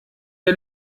der